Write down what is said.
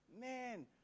Man